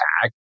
attack